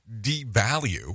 devalue